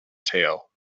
tail